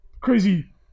crazy